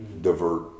divert